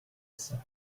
said